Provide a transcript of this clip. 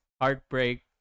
heartbreak